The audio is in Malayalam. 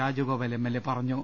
രാജഗോപാൽ എം എൽ എ പറ ഞ്ഞു